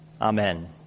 Amen